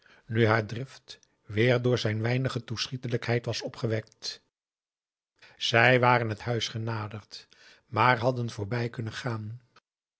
nu haar drift weer door zijn weinige toeschietelijkheid was opgewekt zij waren het huis genaderd maar hadden voorbij kunnen gaan